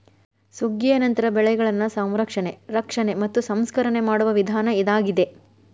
ಸುಗ್ಗಿಯ ನಂತರ ಬೆಳೆಗಳನ್ನಾ ಸಂರಕ್ಷಣೆ, ರಕ್ಷಣೆ ಮತ್ತ ಸಂಸ್ಕರಣೆ ಮಾಡುವ ವಿಧಾನ ಇದಾಗಿದೆ